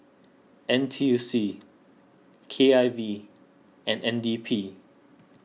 N T U C K I V and N D P